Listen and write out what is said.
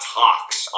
talks